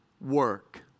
work